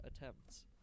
attempts